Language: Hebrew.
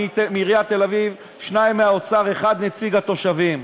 מעיריית תל-אביב, שניים מהאוצר ואחד נציג התושבים.